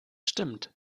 stimmt